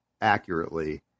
accurately